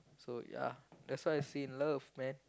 so ya that's why I still in love man